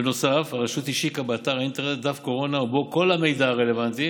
בנוסף הרשות השיקה באתר האינטרנט דף קורונה ובו כל המידע הרלוונטי